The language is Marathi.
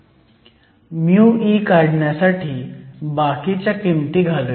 μe काढण्यासाठी बाकीच्या किमती घालूयात